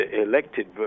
elected